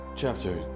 Chapter